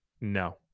No